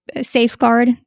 safeguard